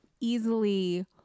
easily